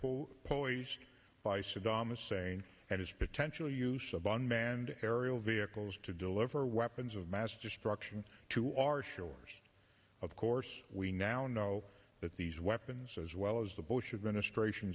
posed by saddam hussein and his potential use of unmanned aerial vehicles to deliver weapons of mass destruction to our shores of course we now know that these weapons as well as the bush administration